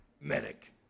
Medic